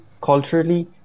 culturally